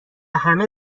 همه